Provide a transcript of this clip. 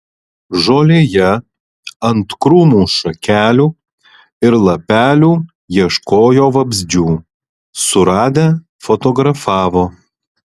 žolėje ant krūmų šakelių ir lapelių ieškojo vabzdžių suradę fotografavo